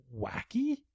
wacky